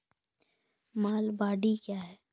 महलबाडी क्या हैं?